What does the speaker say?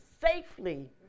safely